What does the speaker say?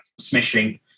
smishing